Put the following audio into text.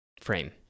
frame